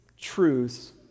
truths